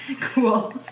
cool